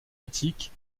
attique